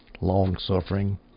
long-suffering